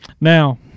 Now